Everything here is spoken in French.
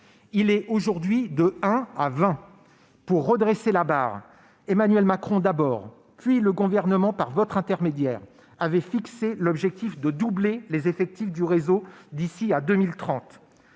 il est aujourd'hui de 1 à 20. Pour redresser la barre, Emmanuel Macron, d'abord, puis le Gouvernement, par votre intermédiaire, avez fixé l'objectif de doubler les effectifs du réseau d'ici à 2030.